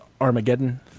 Armageddon